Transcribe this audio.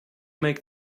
make